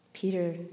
Peter